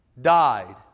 died